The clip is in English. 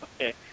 Okay